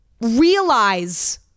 realize